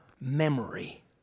memory